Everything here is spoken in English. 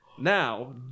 Now